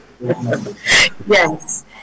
yes